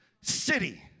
city